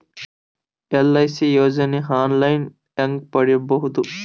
LIC ಯೋಜನೆ online ಹೇಂಗ ಪಡಿಬಹುದು?